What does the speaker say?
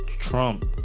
Trump